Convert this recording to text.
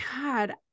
God